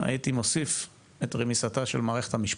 הייתי מוסיף את רמיסתה של מערכת המשפט.